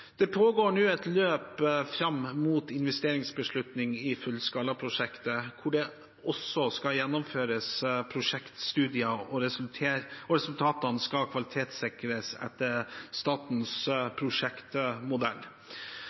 pågår et løp fram mot investeringsbeslutning i fullskalaprosjektet, der også prosjektstudier skal gjennomføres, og resultatene skal kvalitetssikres etter statens prosjektmodell.